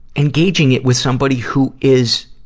engaging it with somebody who is,